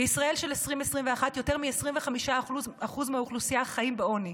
בישראל של 2021 יותר מ-25% מהאוכלוסייה חיים בעוני.